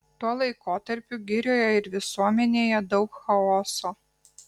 tuo laikotarpiu girioje ir visuomenėje daug chaoso